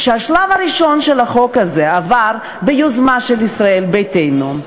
שהשלב הראשון של החוק הזה עבר ביוזמה של ישראל ביתנו,